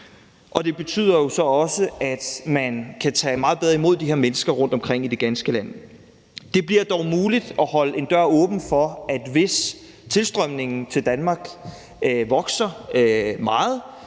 og det betyder jo så også, at man kan tage meget bedre imod de her mennesker rundtomkring i det ganske land. Det bliver dog muligt at holde en dør åben for, at hvis tilstrømningen til Danmark vokser meget,